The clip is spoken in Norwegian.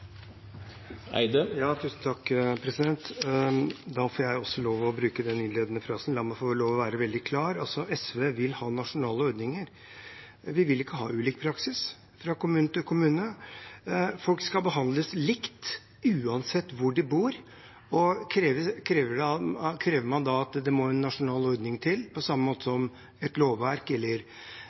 Da vil jeg også få lov til å bruke den innledende frasen: La meg være veldig klar. SV vil ha nasjonale ordninger. Vi vil ikke ha ulik praksis fra kommune til kommune. Folk skal behandles likt uansett hvor de bor. Krever man da at det må en nasjonal ordning til, på samme måte som et lovverk eller